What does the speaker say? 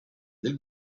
del